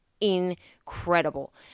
incredible